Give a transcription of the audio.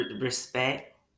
respect